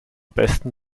besten